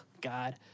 God